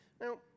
Now